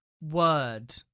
word